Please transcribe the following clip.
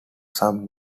some